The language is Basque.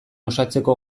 osatzeko